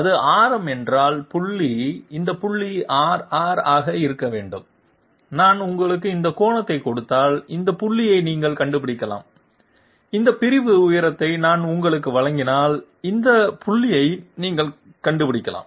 இது ஆரம் என்றால் இந்த புள்ளி r r ஆக இருக்க வேண்டும் நான் உங்களுக்கு இந்த கோணத்தைக் கொடுத்தால் இந்த புள்ளியை நீங்கள் கண்டுபிடிக்கலாம் இந்த பிரிவு உயரத்தை நான் உங்களுக்கு வழங்கினால் இந்த புள்ளியை நீங்கள் கண்டுபிடிக்கலாம்